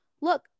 look